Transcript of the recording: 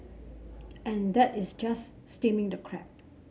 and that is just steaming the crab